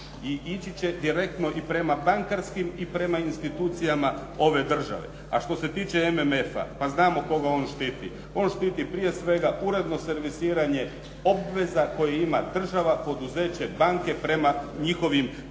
ići će direktno i prema bankarskim i prema institucijama ove države. A što se tiče MMF-a, pa znamo koga on štiti. On štiti prije svega uredno servisiranje obveza koje ima država, poduzeće, banke prema njihovim kreditorima,